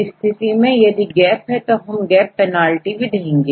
इस स्थिति में यदि गैप है तो हम गैप पेनाल्टी भी देंगे